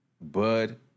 Bud